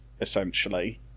essentially